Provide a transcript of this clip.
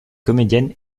comédienne